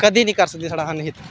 कदें नेईं कर सकदी अनहित